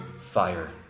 fire